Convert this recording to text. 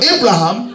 Abraham